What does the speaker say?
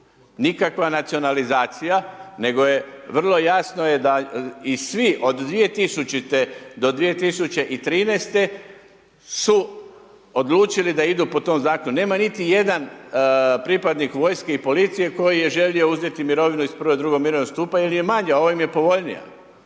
Nikakva nacionalizacija, nego je, vrlo je jasno da svi od 2000.-2013. su odlučili da idu po tom zakonu, nema niti jedan pripadnik vojske i policije, koji je želio uzeti mirovinu iz prvog i drugog mirovinskog stupa, jer je manja, ovo im je povoljnija.